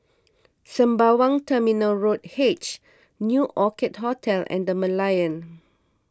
Sembawang Terminal Road H New Orchid Hotel and the Merlion